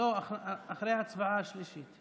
אנחנו עוברים להצבעה על הצעת החוק המוצמדת,